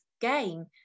game